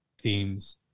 themes